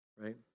right